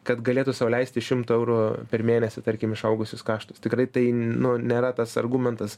kad galėtų sau leisti šimtą eurų per mėnesį tarkim išaugusius kaštus tikrai tai nu nėra tas argumentas